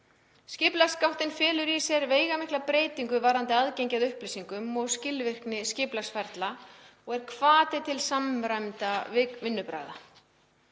Skipulagsgáttin felur í sér veigamikla breytingu varðandi aðgengi að upplýsingum og skilvirkni skipulagsferla og er hvati til samræmdra vinnubragða.